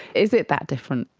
is it that different,